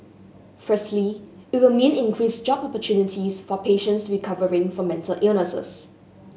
firstly it will mean increased job opportunities for patients recovering from mental illness